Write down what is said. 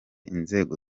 inzego